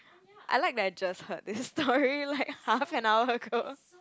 I like that I just heard this story like half an hour ago